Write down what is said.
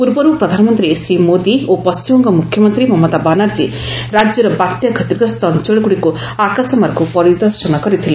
ପୂର୍ବରୁ ପ୍ରଧାନମନ୍ତ୍ରୀ ଶ୍ରୀ ମୋଦୀ ଓ ପଣ୍ଟିମବଙ୍ଗ ମୁଖ୍ୟମନ୍ତ୍ରୀ ମମତା ବାନାର୍ଜୀ ରାଜ୍ୟର ବାତ୍ୟା କ୍ଷତିଗ୍ରସ୍ତ ଅଞ୍ଚଳଗୁଡ଼ିକୁ ଆକାଶମାର୍ଗରୁ ପରିଦର୍ଶନ କରିଥିଲେ